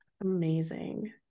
Amazing